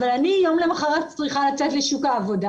אבל אני יום למחרת צריכה לצאת לשוק העבודה